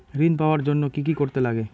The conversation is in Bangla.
ঋণ পাওয়ার জন্য কি কি করতে লাগে?